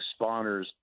spawners